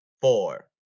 four